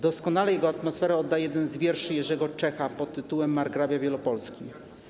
Doskonale jego atmosferę oddaje jeden z wierszy Jerzego Czecha pt. „Margrabia Wielopolski”